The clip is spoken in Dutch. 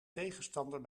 tegenstander